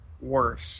worse